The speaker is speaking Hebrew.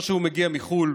או שהוא מגיע מחו"ל,